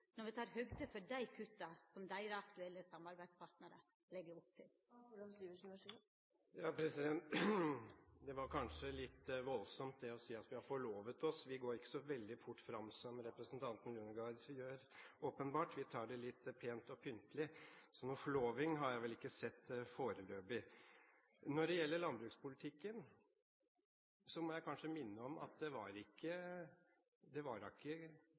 når me tar høgde for dei kutta som deira aktuelle samarbeidspartnarar legg opp til? Det var kanskje litt voldsomt å si det at vi har forlovet oss. Vi går ikke så veldig fort fram som representanten Eldegard gjør, åpenbart. Vi tar det litt pent og pyntelig, så noen forloving har jeg vel ikke sett foreløpig. Når det gjelder landbrukspolitikken, må jeg kanskje minne om at det ikke var